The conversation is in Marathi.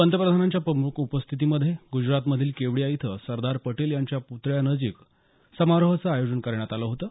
पंतप्रधानांच्या प्रमुख उपस्थितीमध्ये ग्जरातमधील केवडिया इथं सरदार पटेल यांच्या प्तळ्यानजिक समारोहाचं आयोजन करण्यात आलं होतं